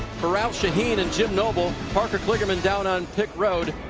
for ralph sheheen, and you know but parker kligerman down on pit road,